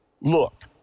look